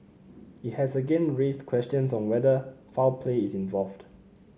it has again raised questions on whether foul play is involved